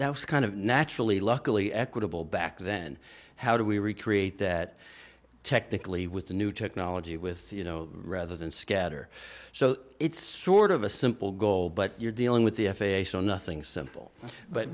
that was kind of naturally luckily equitable back then how do we recreate that technically with the new technology with you know rather than scatter so it's sort of a simple goal but you're dealing with the f a a so nothing simple but